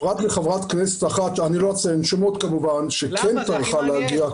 פרט לחברת כנסת אחת שכן טרחה להגיע,